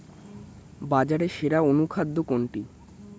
বাজারে সেরা অনুখাদ্য কোনটি?